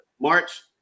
March